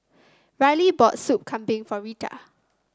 Rylie bought Soup Kambing for Rita